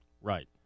Right